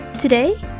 Today